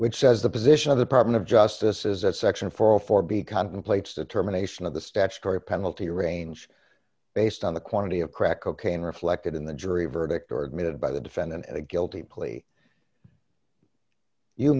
which says the position of the partner of justice is that section four for b contemplates determination of the statutory penalty range based on the quantity of crack cocaine reflected in the jury verdict or admitted by the defendant a guilty